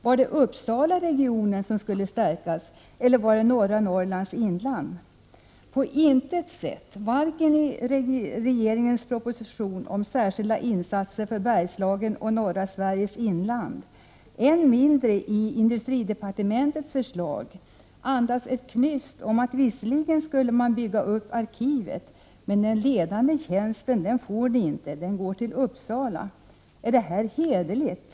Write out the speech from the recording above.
Var det Uppsalaregionen som skulle stärkas eller var det norra Norrlands inland? I regeringens proposition om särskilda insatser för Bergslagen och norra Norrlands inland och i industridepartementets förslag sägs inte ett knyst om att visserligen skall man bygga upp arkivet, men den ledande tjänsten får vi inte i Malå, utan den går till Uppsala. Är det här hederligt?